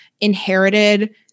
inherited